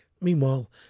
Meanwhile